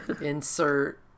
Insert